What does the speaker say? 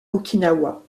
okinawa